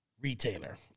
retailer